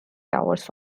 hours